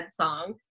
song